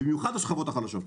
במיוחד מן השכבות החלשות.